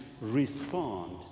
respond